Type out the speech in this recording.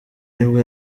nibwo